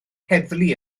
heddlu